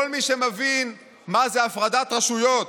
כל מי שמבין מה זה הפרדת רשויות,